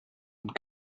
und